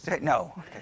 No